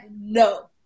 No